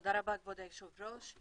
תודה רבה, כבוד היושב ראש.